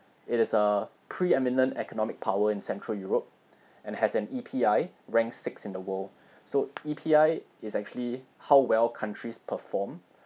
it is a pre-eminent economic power in central europe and has an E_P_I ranked sixth in the world so E_P_I is actually how well countries perform